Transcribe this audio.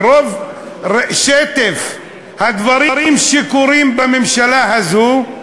מרוב שטף הדברים שקורים בממשלה הזאת,